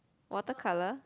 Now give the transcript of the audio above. watercolour